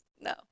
no